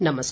नमस्कार